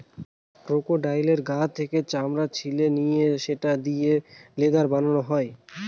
ক্রোকোডাইলের গা থেকে চামড়া ছিলে নিয়ে সেটা দিয়ে লেদার বানানো হয়